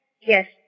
yes